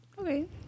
Okay